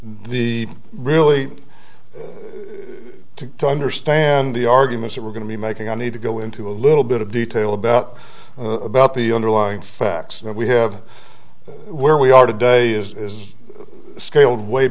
the really to understand the arguments that we're going to be making i need to go into a little bit of detail about about the underlying facts we have where we are today is scaled way